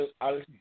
Al